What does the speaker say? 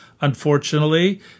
Unfortunately